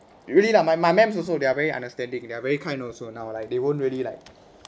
really lah my ma'ams also they are very understanding they are very kind also now like they won't really like